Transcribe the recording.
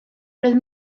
roedd